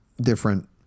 different